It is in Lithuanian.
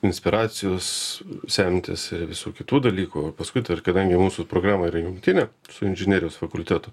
inspiracijos semtis ir visų kitų dalykų o paskui tai ir kadangi mūsų programa yra jungtinė su inžinerijos fakultetu